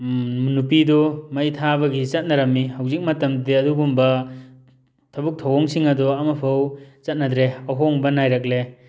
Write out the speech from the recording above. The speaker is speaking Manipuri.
ꯅꯨꯄꯤꯗꯨ ꯃꯩ ꯊꯥꯕꯒꯤ ꯆꯠꯅꯔꯝꯃꯤ ꯍꯧꯖꯤꯛ ꯃꯇꯝꯗꯗꯤ ꯑꯗꯨꯒꯨꯝꯕ ꯊꯕꯛ ꯊꯑꯣꯡꯁꯤꯡ ꯑꯗꯨ ꯑꯃꯐꯧ ꯆꯠꯅꯗ꯭ꯔꯦ ꯑꯍꯣꯡꯕ ꯅꯥꯏꯔꯛꯂꯦ